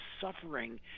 suffering